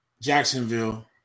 Jacksonville